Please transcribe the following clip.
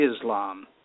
Islam